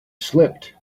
slipped